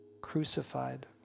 crucified